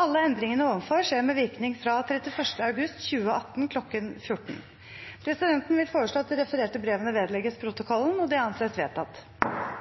Alle endringene ovenfor skjer med virkning fra 31. august 2018 kl. 1400.» Presidenten vil foreslå at de refererte brevene vedlegges protokollen. – Det anses vedtatt.